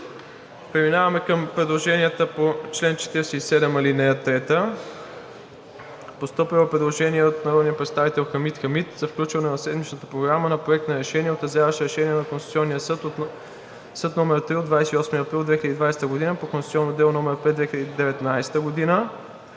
Преминаваме към предложенията по чл. 47, ал. 3. Постъпило е предложение от народния представител Хамид Хамид за включване в седмичната Програма на Проект на решение, отразяващ Решение на Конституционния съд № 3 от 28 април 2020 г. по конституционно дело № 5/2019 г.,